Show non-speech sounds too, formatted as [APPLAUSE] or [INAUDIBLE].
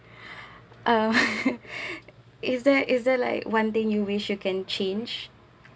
[BREATH] uh [LAUGHS] is there is there like one thing you wish you can change